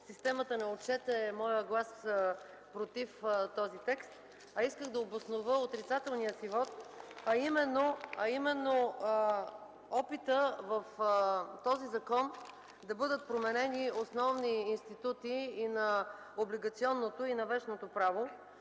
системата не отчете моя глас „против” този текст, а исках да обоснова отрицателния си вот и именно опита в този закон да бъдат променени основни институти и на облигационното, и на вещното право.